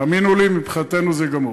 האמינו לי, מבחינתנו זה גמור.